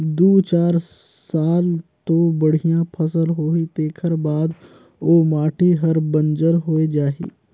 दू चार साल तो बड़िया फसल होही तेखर बाद ओ माटी हर बंजर होए जाही